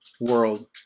world